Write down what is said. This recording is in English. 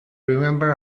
remember